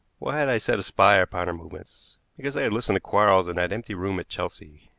why had i set a spy upon her movements? because i had listened to quarles in that empty room at chelsea.